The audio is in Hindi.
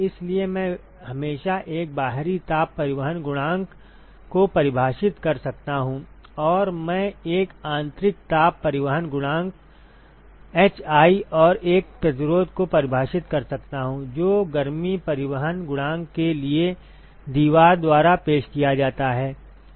इसलिए मैं हमेशा एक बाहरी ताप परिवहन गुणांक h0 को परिभाषित कर सकता हूं और मैं एक आंतरिक ताप परिवहन गुणांक hi और एक प्रतिरोध को परिभाषित कर सकता हूं जो गर्मी परिवहन गुणांक के लिए दीवार द्वारा पेश किया जाता है